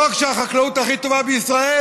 לא רק שהחקלאות הכי טובה בישראל,